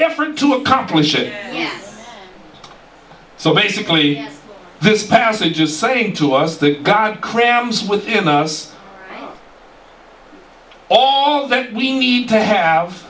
effort to accomplish it so basically this passage is saying to us the god crams within us all that we need to have